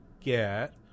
get